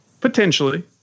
Potentially